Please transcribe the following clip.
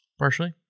Partially